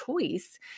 choice